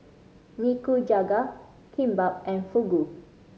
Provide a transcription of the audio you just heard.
Nikujaga Kimbap and Fugu